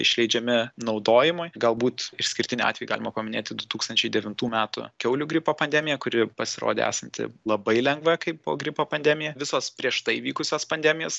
išleidžiami naudojimui galbūt išskirtinį atvejį galima paminėti du tūkstančiai devintų metų kiaulių gripo pandemiją kuri pasirodė esanti labai lengva kaip gripo pandemija visos prieš tai vykusios pandemijos